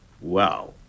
Wow